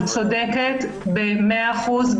היא צודקת במאה אחוז,